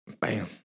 Bam